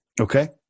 Okay